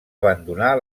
abandonar